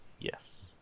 Yes